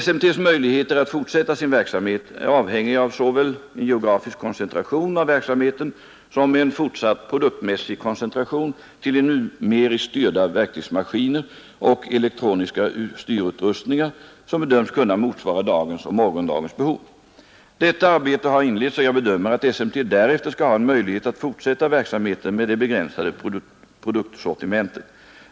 SMT:s möjligheter att fortsätta sin verksamhet är avhängiga av såväl en geografisk koncentration av verksamheten som en fortsatt produktmässig koncentration till de numeriskt styrda verktygsmaskiner och elektroniska styrutrustningar som bedöms kunna motsvara dagens och morgondagens behov. Detta arbete har inletts och jag bedömer att SMT därefter skall ha en möjlighet att fortsätta verksamheten med det begränsade produktsortimentet.